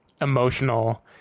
emotional